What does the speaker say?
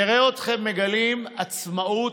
נראה אתכם מגלים עצמאות,